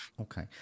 Okay